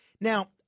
now